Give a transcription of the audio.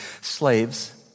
Slaves